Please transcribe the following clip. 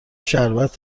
شربت